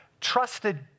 trusted